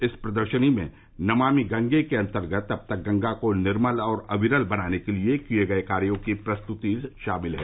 इस प्रदर्शनी में नमामि गंगे के अन्तर्गत अब तक गंगा को निर्मल और अविरल बनाने के लिए किए गये कार्यो की प्रस्तुति शामिल है